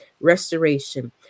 restoration